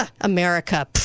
America